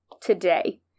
today